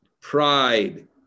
pride